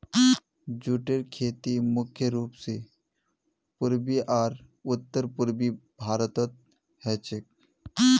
जूटेर खेती मुख्य रूप स पूर्वी आर उत्तर पूर्वी भारतत ह छेक